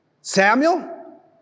Samuel